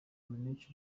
munich